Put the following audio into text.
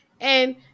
And-